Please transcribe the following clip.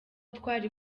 twari